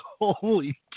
holy